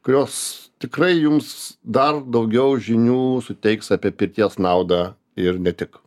kurios tikrai jums dar daugiau žinių suteiks apie pirties naudą ir ne tik